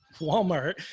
Walmart